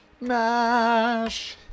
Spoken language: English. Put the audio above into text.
Mash